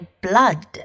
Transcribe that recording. blood